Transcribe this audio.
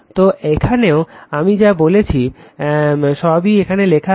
তো এখানেও আমি যা যা বলেছি সবই এখানে লেখা আছে